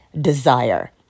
desire